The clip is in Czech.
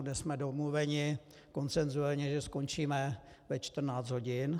Dnes jsme domluveni konsenzuálně, že skončíme ve 14 hodin.